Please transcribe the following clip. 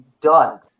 done